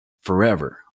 forever